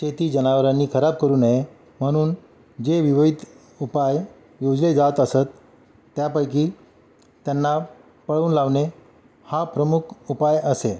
शेती जनावरांनी खराब करू नये म्हणून जे विविध उपाय योजले जात असत त्यापैकी त्यांना पळवून लावणे हा प्रमुख उपाय असे